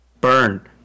burn